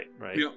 right